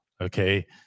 okay